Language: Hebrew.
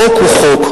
חוק הוא חוק,